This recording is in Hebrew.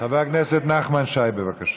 חבר הכנסת נחמן שי, בבקשה,